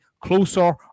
closer